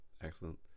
Excellent